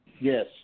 Yes